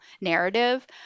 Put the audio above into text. narrative